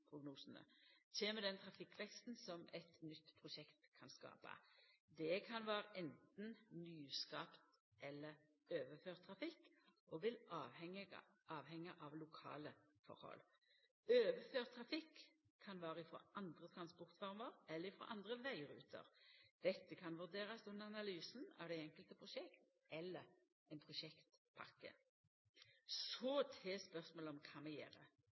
kjem den trafikkveksten som eit nytt prosjekt kan skapa. Det kan vera anten nyskapt eller overført trafikk og vil avhenge av lokale tilhøve. Overført trafikk kan vera frå andre transportformer eller andre vegruter. Dette kan vurderast under analysen av dei einskilde prosjekta eller ein prosjektpakke. Så til spørsmålet om